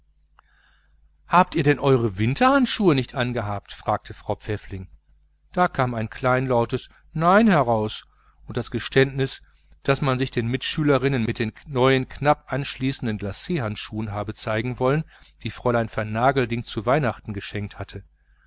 habt ihr denn eure winterhandschuhe nicht angehabt fragte frau pfäffling da kam ein kleinlautes nein heraus und das geständnis daß man sich den mitschülerinnen mit den neuen knapp anschließenden glachandschuhen habe zeigen wollen die fräulein vernagelding zu weihnachten geschenkt hatte